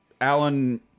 Alan